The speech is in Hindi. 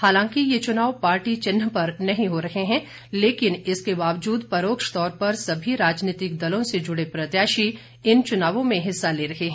हालांकि ये चुनाव पार्टी चिन्ह पर नहीं हो रहे हैं लेकिन इसके बावजूद परोक्ष तौर पर सभी राजनीतिक दलों से जुड़े प्रत्याशी इन चुनावों में हिस्सा ले रहे हैं